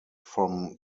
from